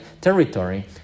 territory